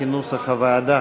כנוסח הוועדה.